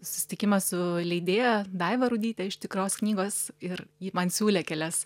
susitikimą su leidėja daiva rudyte iš tikros knygos ir ji man siūlė kelias